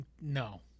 No